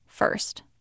first